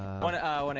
one ah and